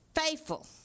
Faithful